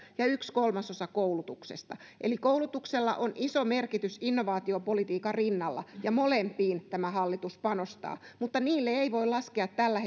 ja yksi kolmasosa koulutuksesta eli koulutuksella on iso merkitys innovaatiopolitiikan rinnalla ja molempiin tämä hallitus panostaa mutta niille ei voi laskea tällä